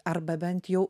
arba bent jau